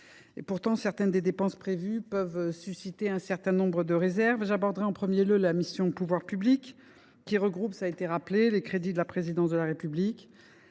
Pourtant, certaines des dépenses prévues peuvent susciter un certain nombre de réserves. J’aborderai en premier lieu la mission « Pouvoirs publics », qui regroupe les crédits de la présidence de la République,